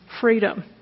freedom